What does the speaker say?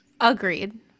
Agreed